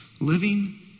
living